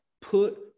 put